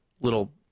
little